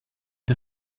der